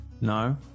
No